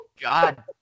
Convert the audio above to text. God